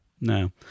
No